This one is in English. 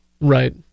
right